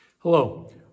Hello